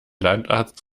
landarzt